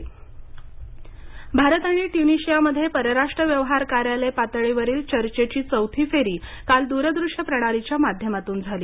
Bharat Tunisia Bharat आणि ट्युनिशियामध्ये परराष्ट्र व्यवहार कार्यालय पातळीवरील चर्चेची चौथी फेरी काल दूर दृश्य प्रणालीच्या माध्यमातून झाली